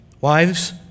wives